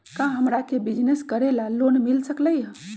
का हमरा के बिजनेस करेला लोन मिल सकलई ह?